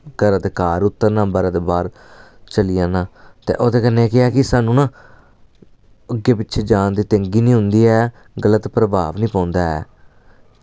घरा दे घर उतरना बाह्रा दे बाह्र चली जाना ते ओह्दे कन्नै केह् ऐ कि स्हानू ना अग्गे पिच्छे जान दी तंगी नि होंदी ऐ गलत प्रभाव नि पौंदा ऐ